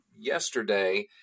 yesterday